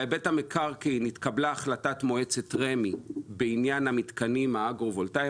בהיבט המקרקעין התקבלה החלטת מועצת רמ"י בעניין המתקנים האגרו-וולטאים,